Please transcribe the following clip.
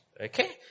Okay